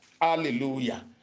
Hallelujah